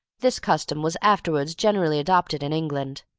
this custom was afterwards generally adopted in england.